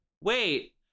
wait